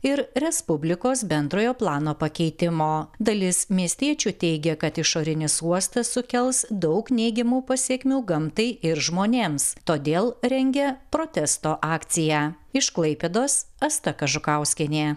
ir respublikos bendrojo plano pakeitimo dalis miestiečių teigia kad išorinis uostas sukels daug neigiamų pasekmių gamtai ir žmonėms todėl rengia protesto akciją iš klaipėdos asta kažukauskienė